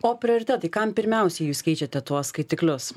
o prioritetai kam pirmiausia jūs keičiate tuos skaitiklius